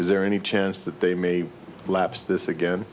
is there any chance that they may lapse this again